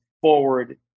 forward